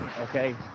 okay